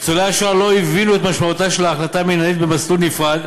ניצולי השואה לא הבינו את משמעותה של ההחלטה המינהלית כמסלול נפרד.